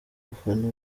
gufana